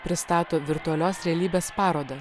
pristato virtualios realybės parodą